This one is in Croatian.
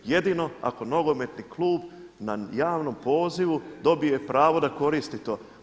Jedino ako nogometni klub na javnom pozivu dobije pravo da koristi to.